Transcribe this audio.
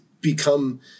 become